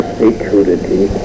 security